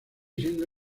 siendo